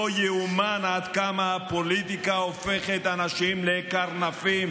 לא ייאמן עד כמה הפוליטיקה הופכת אנשים לקרנפים,